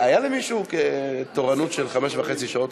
היה למישהו תורנות של חמש שעות וחצי רצוף?